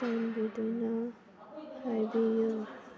ꯆꯥꯟꯕꯤꯗꯨꯅ ꯍꯥꯏꯕꯤꯌꯨ